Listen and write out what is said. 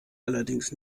allerdings